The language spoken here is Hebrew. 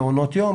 מעונות יום,